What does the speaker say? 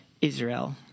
Israel